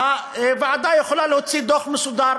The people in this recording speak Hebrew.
והוועדה יכולה להוציא דוח מסודר,